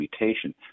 mutation